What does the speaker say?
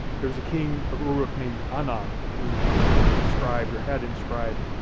there was a king of uruk named anam, who inscribed or had inscribed